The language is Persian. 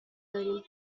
داریم